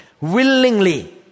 willingly